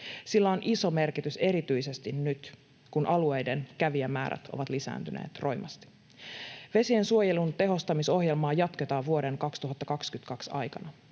Sillä on iso merkitys erityisesti nyt, kun alueiden kävijämäärät ovat lisääntyneet roimasti. Vesiensuojelun tehostamisohjelmaa jatketaan vuoden 2022 aikana.